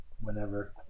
whenever